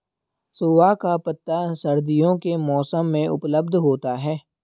सोआ का पत्ता सर्दियों के मौसम में उपलब्ध होता है